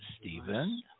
Stephen